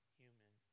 human